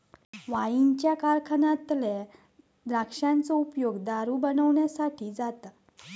वाईनच्या कारखान्यातल्या द्राक्षांचो उपयोग दारू बनवच्यासाठी जाता